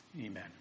amen